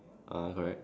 ah correct